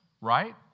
right